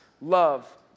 Love